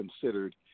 considered